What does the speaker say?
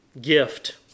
gift